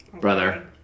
Brother